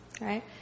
Right